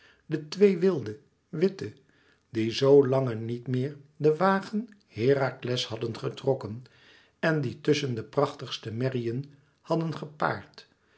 de twee wilde witte die zoo lange niet meer den wagen herakles hadden getrokken en die tusschen de prachtigste merriën hadden gepaard